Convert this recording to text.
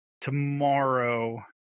tomorrow